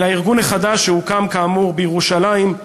אל הארגון החדש, שהוקם כאמור בירושלים,